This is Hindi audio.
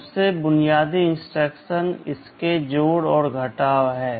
सबसे बुनियादी इंस्ट्रक्शन इसके जोड़ और घटाव हैं